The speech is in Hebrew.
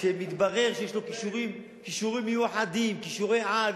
כשמתברר שיש לו כישורים מיוחדים, כישורי-על.